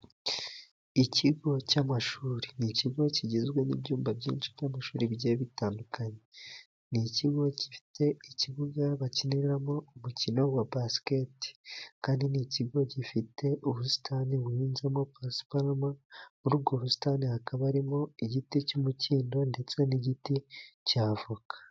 Ikigo cy'amashuri ni ikigo kigizwe n'ibyumba byinshi by'amashuri bitandukanye. Ni ikigo gifite ikibuga bakiniramo umukino wa basiketibolu, kandi ni ikigo gifite ubusitani buhinzemo pasiparume. Muri ubwo busitani, hakaba harimo igiti cy'umukindo ndetse n'igiti cya avoka.